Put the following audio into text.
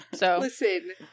Listen